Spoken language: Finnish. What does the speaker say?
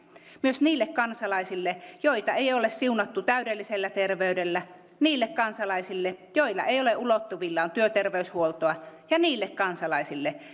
myös niille kansalaisille joita ei ole siunattu täydellisellä terveydellä niille kansalaisille joilla ei ole ulottuvillaan työterveyshuoltoa ja niille kansalaisille